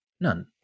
None